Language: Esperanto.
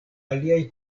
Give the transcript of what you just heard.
aliaj